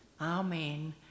Amen